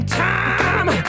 time